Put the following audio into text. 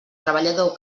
treballador